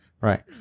Right